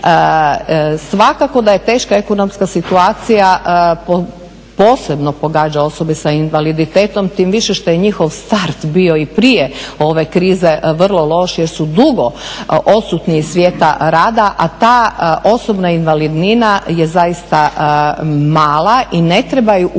Svakako da je teška ekonomska situacija posebno pogađa osobe sa invaliditetom tim više što je njihov start bio i prije ove krize vrlo loš jer su dugo odsutni iz svijeta rada. A ta osobna invalidnina je zaista mala i ne treba ju umanjivati